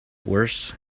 worse